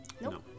No